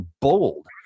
bold